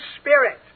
spirit